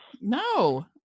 no